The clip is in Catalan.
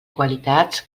qualitats